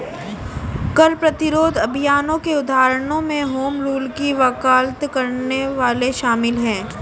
कर प्रतिरोध अभियानों के उदाहरणों में होम रूल की वकालत करने वाले शामिल हैं